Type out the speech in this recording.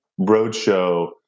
roadshow